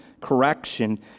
correction